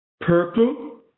purple